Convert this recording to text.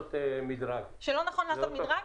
לעשות מדרג,